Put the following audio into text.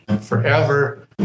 forever